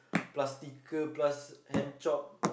plus sticker plus hand chop